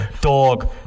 dog